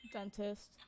Dentist